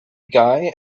guy